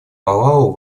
палау